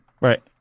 Right